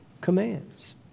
commands